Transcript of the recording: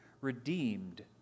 redeemed